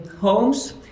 homes